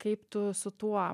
kaip tu su tuo